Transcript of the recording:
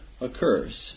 occurs